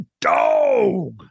dog